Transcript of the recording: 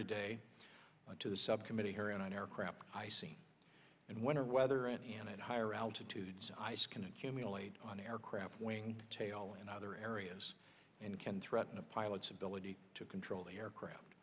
today to the subcommittee hearing on aircraft icing and winter weather and at higher altitudes ice can accumulate on aircraft wing tail and other areas and can threaten the pilots ability to control the aircraft